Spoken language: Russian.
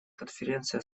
конференции